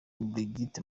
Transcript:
brigitte